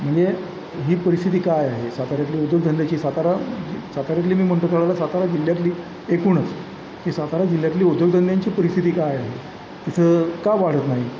म्हणजे ही परिस्थिती का आहे साताऱ्यातली उद्योगधंद्याची सातारा सातऱ्यातली मी म्हणतो त्यावेळेला सातारा जिल्ह्यातली एकूणच की सातारा जिल्ह्यातली उद्योगधंद्याची परिस्थिती काय आहे तिथं का वाढत नाही